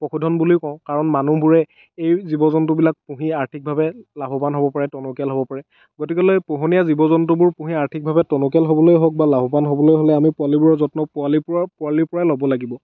পশুধন বুলিও কওঁ কাৰণ মানুহবোৰে এই জীৱ জন্তুবিলাক পুহি আৰ্থিকভাৱে লাভৱান হ'ব পাৰে টনকিয়াল হ'ব পাৰে গতিক'লে এই পোহনীয়া জীৱ জন্তুবোৰ পুহি আৰ্থিকভাৱে টনকিয়াল হ'বলৈ হওক বা লাভৱান হ'বলেই হ'লে আমি পোৱালিবোৰৰ যত্ন পোৱালিৰ পৰা পোৱালিৰ পৰাই ল'ব লাগিব